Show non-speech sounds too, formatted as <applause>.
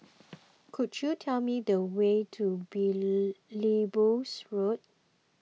<noise> could you tell me the way to Belilios Road